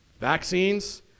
vaccines